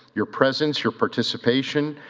your presence, your participation,